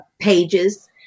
pages